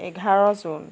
এঘাৰ জুন